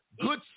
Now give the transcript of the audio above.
good